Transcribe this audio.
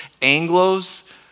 Anglos